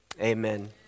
amen